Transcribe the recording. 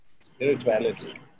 spirituality